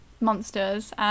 monsters